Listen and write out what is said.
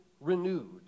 renewed